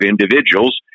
individuals